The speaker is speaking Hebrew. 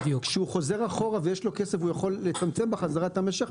כשהוא חוזר אחורה ויש לו כסף הוא יכול לצמצם בחזרה את המשך.